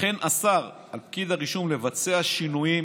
לכן אסר על פקיד הרישום לבצע שינויים